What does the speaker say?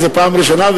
אתי זאת פעם ראשונה,